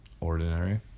Ordinary